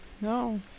no